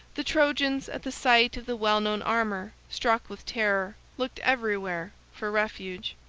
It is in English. the trojans, at the sight of the well-known armor, struck with terror, looked everywhere for refuge.